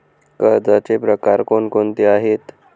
कर्जाचे प्रकार कोणकोणते आहेत?